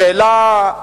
השאלה היא